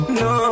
no